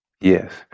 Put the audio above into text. Yes